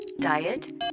Diet